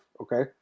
okay